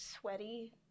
sweaty